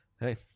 Hey